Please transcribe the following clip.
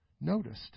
noticed